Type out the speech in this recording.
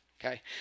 okay